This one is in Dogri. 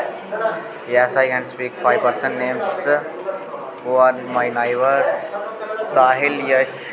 yes I can speak five persons names one my neighbour Sahil Yash